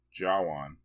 Jawan